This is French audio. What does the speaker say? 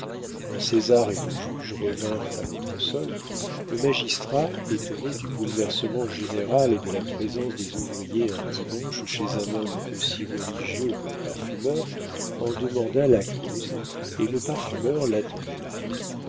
quand césar et le juge revinrent à l'entresol le magistrat étonné du bouleversement général et de la présence des ouvriers un dimanche chez un homme aussi religieux que le parfumeur en demanda la cause et le parfumeur l'attendait là